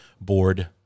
board